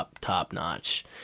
top-notch